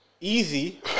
easy